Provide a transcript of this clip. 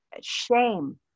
Shame